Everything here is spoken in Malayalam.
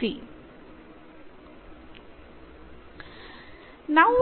ചെയ്തു